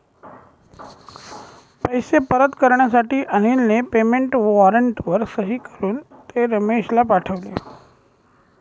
पैसे परत करण्यासाठी अनिलने पेमेंट वॉरंटवर सही करून ते रमेशला पाठवले